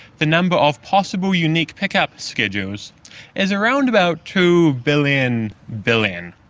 the number of possible unique pick-up schedules is around about two billion billion.